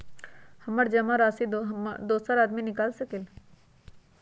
हमरा जमा राशि दोसर आदमी निकाल सकील?